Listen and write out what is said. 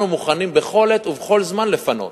אנחנו מוכנים בכל עת ובכל זמן לפנות,